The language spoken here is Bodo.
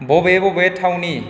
बबे बबे थावनि